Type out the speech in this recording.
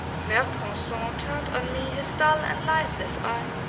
mercanson turned on me his dull and lifeless eye